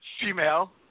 female